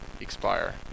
expire